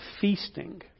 feasting